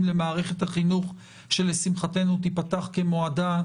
למערכת החינוך שלשמחתנו תיפתח במועדה,